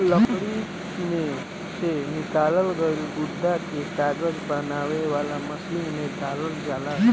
लकड़ी में से निकालल गईल गुदा के कागज बनावे वाला मशीन में डालल जाला